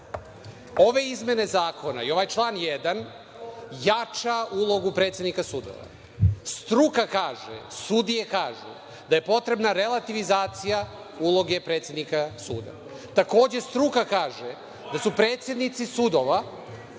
izmene zakona i ovaj član 1. jača ulogu predsednika sudova. Struka kaže, sudije kažu da je potrebna relativizacija uloge predsednika suda. Takođe, struka kaže da su predsednici sudova